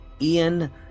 Ian